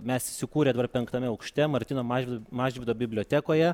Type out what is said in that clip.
mes įsikūrę dabar penktame aukšte martyno mažvydo mažvydo bibliotekoje